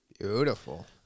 Beautiful